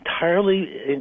entirely